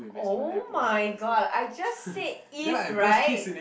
oh-my-god I just said if [right]